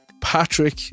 Patrick